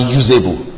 usable